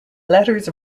letters